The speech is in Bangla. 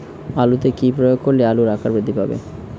আলুতে কি প্রয়োগ করলে আলুর আকার বৃদ্ধি পাবে?